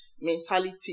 mentality